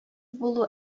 булу